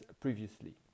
previously